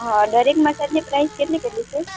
હાં દરેક મસાજની પ્રાઇસ કેટલી કેટલી છે